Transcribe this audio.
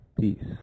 Peace